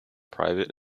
private